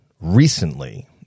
recently